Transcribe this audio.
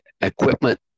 equipment